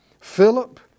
Philip